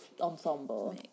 ensemble